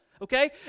Okay